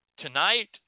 Tonight